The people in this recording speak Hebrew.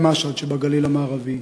ממשהד שבגליל מערבי.